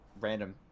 random